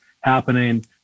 happening